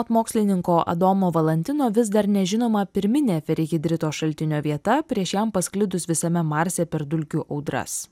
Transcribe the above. mokslininko adomo valantino vis dar nežinoma pirminė ferihidrito šaltinio vieta prieš jam pasklidus visame marse per dulkių audras